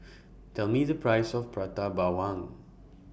Tell Me The Price of Prata Bawang